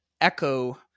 echo